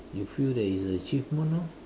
you feel that is a achievement orh